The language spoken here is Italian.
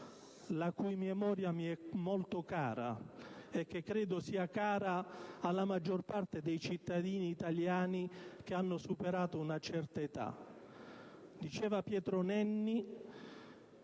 la cui memoria mi è molto cara, e che credo lo sia alla maggior parte dei cittadini italiani che hanno superato una certa età. Diceva Pietro Nenni: